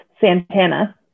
Santana